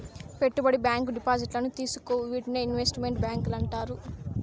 పెట్టుబడి బ్యాంకు డిపాజిట్లను తీసుకోవు వీటినే ఇన్వెస్ట్ మెంట్ బ్యాంకులు అంటారు